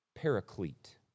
paraclete